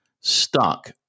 stuck